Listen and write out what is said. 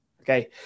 okay